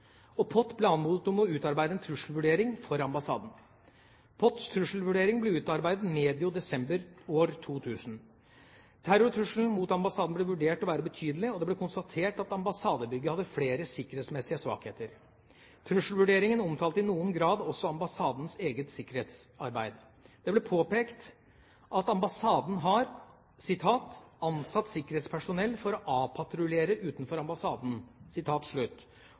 og POT ble anmodet om å utarbeide en trusselvurdering for ambassaden. POTs trusselvurdering ble utarbeidet medio desember 2000. Terrortrusselen mot ambassaden ble vurdert å være betydelig, og det ble konstatert at ambassadebygget hadde flere sikkerhetsmessige svakheter. Trusselvurderingen omtalte i noen grad også ambassadens eget sikkerhetsarbeid. Det ble påpekt at ambassaden har «ansatt sikkerhetspersonell for å avpatruljere utenfor ambassaden»,